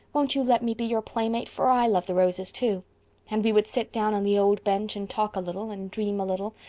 won't you let me be your playmate, for i love the roses too and we would sit down on the old bench and talk a little and dream a little,